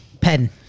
pen